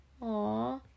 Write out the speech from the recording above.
Aw